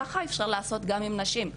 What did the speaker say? ככה אפשר לעשות גם עם נשים.